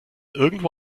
irgendwo